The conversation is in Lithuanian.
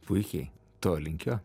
puikiai to linkiu